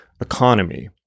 economy